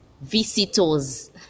visitors